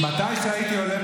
מתי שהייתי עולה,